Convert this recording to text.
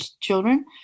children